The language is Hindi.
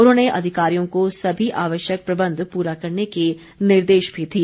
उन्होंने अधिकारियों को समी आवश्यक प्रबंध पूरा करने के निर्देश भी दिए